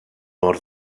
mor